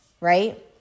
right